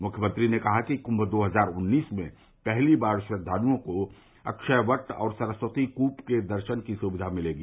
मुख्यमंत्री ने कहा कि कुंभ दो हजार उन्नीस में पहली बार श्रद्वालुओं को अक्षयकट और सरस्वती कूप के दर्शन की सुविवा मिलेगी